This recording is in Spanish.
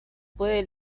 puede